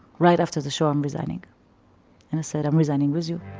right after the show, i'm resigning. and i said i'm resigning with you